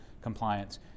compliance